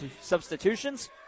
substitutions